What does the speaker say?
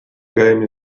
game